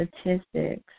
statistics